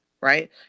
Right